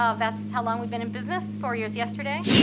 ah that's how long we've been in business, four years yesterday.